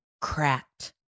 cracked